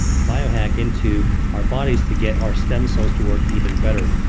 to biohack into our bodies to get our stem cells to work even better?